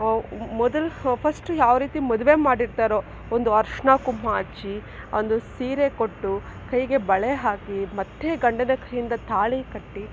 ಮೊದಲು ಫಸ್ಟು ಯಾವ ರೀತಿ ಮದುವೆ ಮಾಡಿರ್ತಾರೋ ಒಂದು ಅರಶಿನ ಕುಂಕುಮ ಹಚ್ಚಿ ಒಂದು ಸೀರೆ ಕೊಟ್ಟು ಕೈಗೆ ಬಳೆ ಹಾಕಿ ಮತ್ತೆ ಗಂಡನ ಕೈಯಿಂದ ತಾಳಿ ಕಟ್ಟಿ